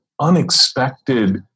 unexpected